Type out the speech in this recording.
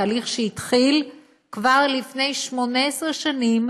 תהליך שהתחיל כבר לפני 18 שנים,